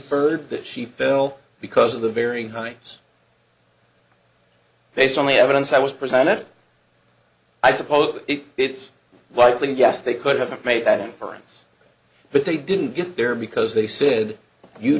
d that she fell because of the varying heights based on the evidence that was presented i suppose it's likely yes they could have made that inference but they didn't get there because they said you